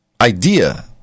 Idea